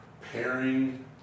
pairing